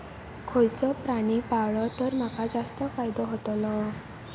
खयचो प्राणी पाळलो तर माका जास्त फायदो होतोलो?